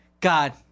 God